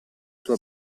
tua